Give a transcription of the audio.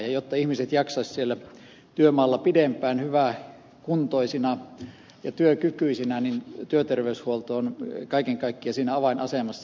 jotta ihmiset jaksaisivat siellä työmaalla pidempään hyväkuntoisina ja työkykyisinä työterveyshuolto on kaiken kaikkiaan siinä avainasemassa